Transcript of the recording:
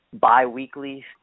bi-weekly